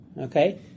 Okay